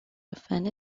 defend